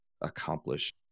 accomplish